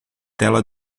tela